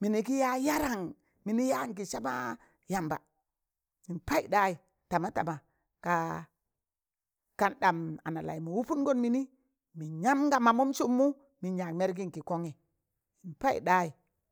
mịnị kị ya yarann mịnị yaan kị sama yamba n payịk ɗayị tama tama, ka kanɗam ana laịmụ wụpọngọn mịnị, mịn yam ga mamụm sụmmụ mịn yaag mẹrgịn kị kọngị paị ɗayị.